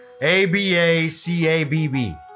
A-B-A-C-A-B-B